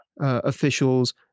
officials